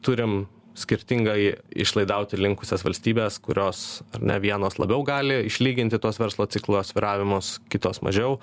turim skirtingai išlaidauti linkusias valstybes kurios ar ne vienos labiau gali išlyginti tuos verslo ciklo svyravimus kitos mažiau